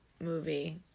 movie